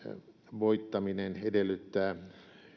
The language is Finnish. voittaminen edellyttää